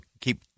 keep